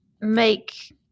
make